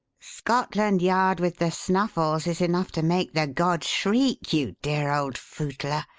scotland yard with the snuffles is enough to make the gods shriek, you dear old footler!